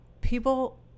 people